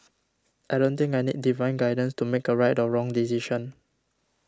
I don't think I need divine guidance to make a right or wrong decision